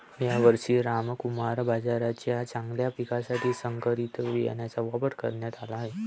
यावर्षी रामकुमार बाजरीच्या चांगल्या पिकासाठी संकरित बियाणांचा वापर करण्यात आला आहे